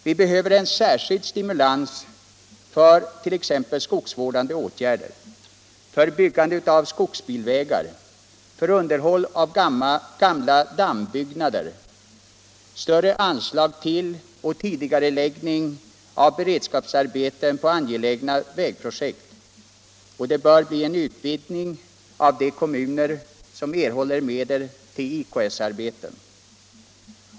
Vi behöver en särskild stimulans för t.ex. skogsvårdande åtgärder, byggande av skogsbilvägar och underhåll av gamla dammbyggnader, vi behöver större anslag till och tidigareläggning av beredskapsarbeten på angelägna vägprojekt. Det bör också bli en utvidgning av antalet kommuner som erhåller medel till IKS-arbeten.